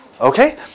Okay